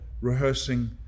rehearsing